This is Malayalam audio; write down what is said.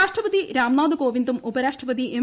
രാഷ്ട്രപതി രാംനാഥ് കോവിന്ദും ഉപരാഷ്ട്രപതി എം